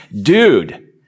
Dude